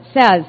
says